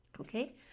Okay